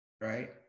right